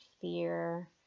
fear